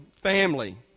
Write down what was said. family